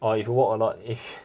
orh if you walk a lot if